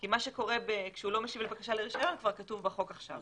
כי מה שקורה כשהוא לא משיב לבקשה לרישיון כבר כתוב בחוק עכשיו.